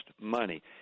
money